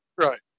Right